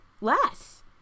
Less